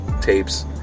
tapes